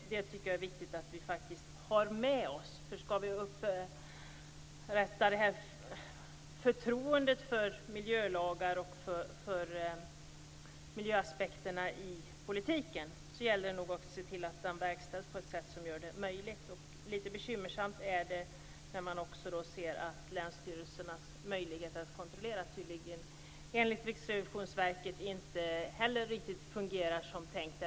Det tycker jag är viktigt att vi har med oss. Skall vi kunna återupprätta förtroendet för miljölagar och för miljöaspekterna i politiken gäller det nog att se till att politiken verkställs på ett sätt som gör det möjligt. Litet bekymmersamt är det att länsstyrelsernas möjlighet att kontrollera enligt Riksrevisionsverket tydligen inte heller fungerar riktigt som det var tänkt.